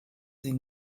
sie